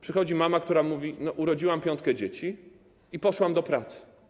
Przychodzi mama, która mówi: Urodziłam piątkę dzieci i poszłam do pracy.